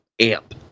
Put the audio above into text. amp